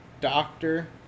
doctor